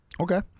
Okay